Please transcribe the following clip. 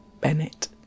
Bennett